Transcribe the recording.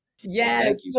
yes